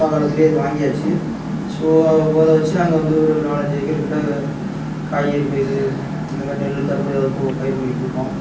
அப்பா காலத்துலேயே அது வாங்கியாச்சு ஸோ அந்த போரை வெச்சி நாங்கள் வந்து ஒரு நாலஞ்சு ஏக்கர் கிட்டே காய்கறி பயிர் இந்த மாதிரி நெல் கரும்பு ஏதாவது பயிர் பண்ணிட்டுருப்போம்